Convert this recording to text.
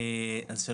תודה על הדיון החשוב.